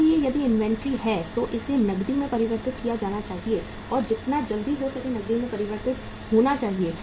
इसलिए यदि इन्वेंट्री है तो इसे नकदी में परिवर्तित किया जाना चाहिए और जितना जल्दी हो सके नकदी में परिवर्तित होना चाहिए